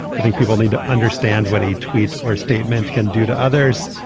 i think people need to understand what a tweet or a statement can do to others.